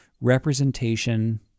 representation